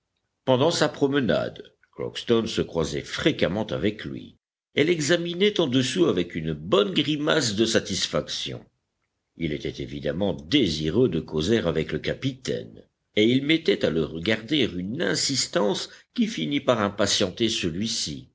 pendant sa promenade crockston se croisait fréquemment avec lui et l'examinait en dessous avec une bonne grimace de satisfaction il était évidemment désireux de causer avec le capitaine et il mettait à le regarder une insistance qui finit par impatienter celui-ci